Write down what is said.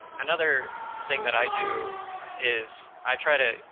another thing that i do is, i try to,